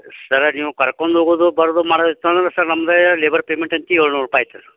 ಸರ ನೀವು ಕರ್ಕೊಂಡ್ ಹೋಗುದು ಬರೋದು ಮಾಡದಿತ್ತಂದ್ರೆ ಸರ್ ನಮ್ಮದೇ ಲೇಬರ್ ಪೇಮೆಂಟ್ ಅಂತ ಏಳ್ನೂರು ರೂಪಾಯಿ ಐತೆ ಸರ್